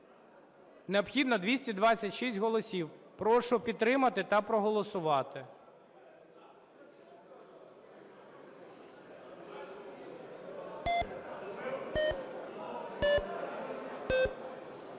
Необхідно 226 голосів. Прошу підтримати та проголосувати.